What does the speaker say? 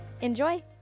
Enjoy